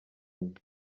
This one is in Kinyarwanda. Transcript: nke